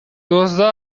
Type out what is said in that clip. دزدا